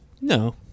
No